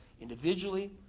individually